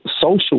social